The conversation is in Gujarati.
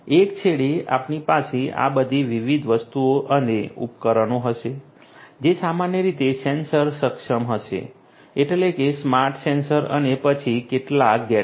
એક છેડે આપણી પાસે આ બધી વિવિધ વસ્તુઓ અને ઉપકરણો હશે જે સામાન્ય રીતે સેન્સર સક્ષમ હશે એટલે કે સ્માર્ટ સેન્સર અને પછી કેટલાક ગેટવે